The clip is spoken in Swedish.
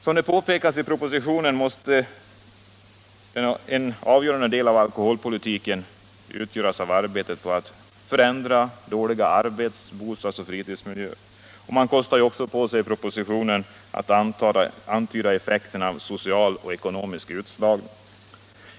Som det påpekas i propositionen måste en avgörande del av alkoholpolitiken utgöras av arbetet på att förändra dåliga arbets-, bostadsoch fritidsmiljöer, och man kostar också på sig i propositionen att antyda effekterna av social och ekonomisk utslagning.